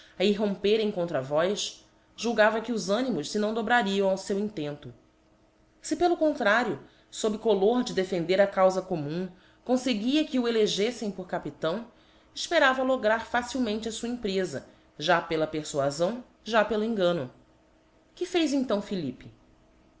a irromperem contra vós julgava que os ânimos le não dobrariam ao feu intento se pelo contrario fob color de defender a caufa commum confeguia que o elegeífem por capitão efpcrava lograr facilmente a fua emprefa já pela perfuafáo já pelo engano que fez então philippe